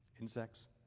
insects